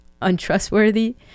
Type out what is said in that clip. untrustworthy